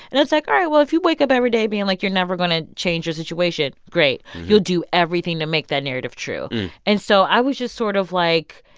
and it's like, all right, well, if you wake up every day being like you're never going to change your situation, great. you'll do everything to make that narrative true and so i was just sort of like,